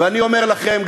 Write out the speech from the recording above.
ואני אומר לכם,